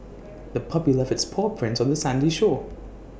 the puppy left its paw prints on the sandy shore